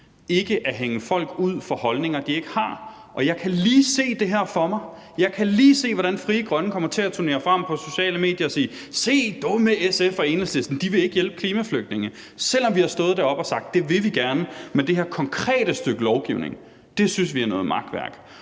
ikke at hænge folk ud for holdninger, de ikke har. Og jeg kan lige se det her for mig! Jeg kan lige se, hvordan Frie Grønne kommer til at turnere rundt på sociale medier og sige: Se dumme SF og Enhedslisten, de vil ikke hjælpe klimaflygtninge – selv om vi har stået deroppe og sagt, at det vil vi gerne, men det her konkrete stykke lovgivning synes vi er noget makværk.